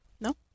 No